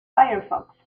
firefox